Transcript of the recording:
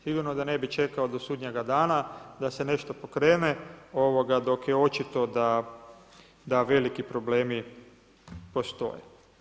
Sigurno da ne bi čekao do sudnjega dana, da se nešto pokrene, dok je očito, da veliki problemi postoje.